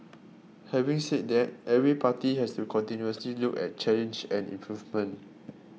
having said that every party has to continuously look at change and improvement